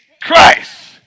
Christ